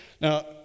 Now